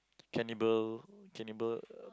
cannibal cannibal